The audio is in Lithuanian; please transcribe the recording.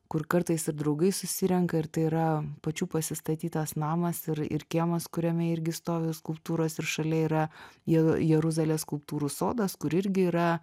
kur kartais ir draugai susirenka ir tai yra pačių pasistatytas namas ir ir kiemas kuriame irgi stovi skulptūros ir šalia yra je jeruzalės skulptūrų sodas kur irgi yra